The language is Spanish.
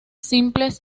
simples